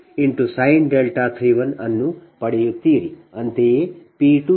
ಅನ್ನು ಪಡೆಯುತ್ತೀರಿ